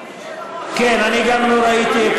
אבל אני מעדיף שתשב.